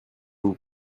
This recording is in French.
vous